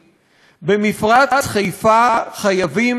במפרץ חיפה חייבים, עכשיו,